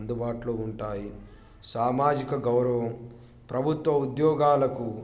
అందుబాటులో ఉంటాయి సామాజిక గౌరవం ప్రభుత్వ ఉద్యోగాలకు